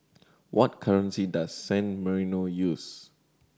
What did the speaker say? what currency does San Marino use